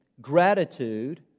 gratitude